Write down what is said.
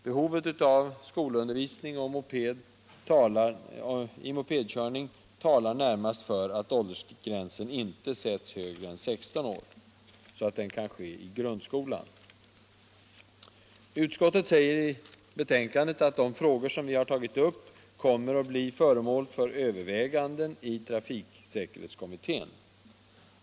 Behovet av skolundervisning i mopedkörning talar närmast för att åldersgränsen inte sätts högre än 16 år så att undervisningen kan ske i grundskolan. Utskottet säger i betänkandet att de frågor vi tagit upp kommer att bli föremål för överväganden i trafiksäkerhetskommittén.